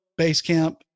Basecamp